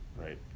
right